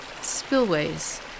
spillways